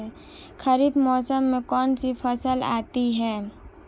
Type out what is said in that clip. खरीफ मौसम में कौनसी फसल आती हैं?